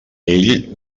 ell